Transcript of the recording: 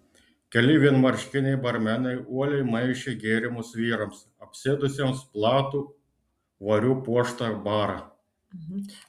keli vienmarškiniai barmenai uoliai maišė gėrimus vyrams apsėdusiems platų variu puoštą barą